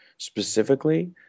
Specifically